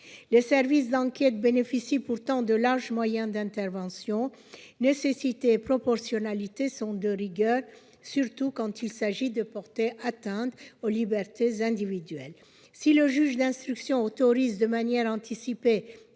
Les services d'enquête bénéficient pourtant déjà de larges moyens d'intervention. Nécessité et proportionnalité sont de rigueur, surtout quand il s'agit de porter atteinte aux libertés individuelles. Si le juge d'instruction autorise de manière anticipée